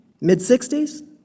mid-60s